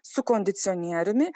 su kondicionieriumi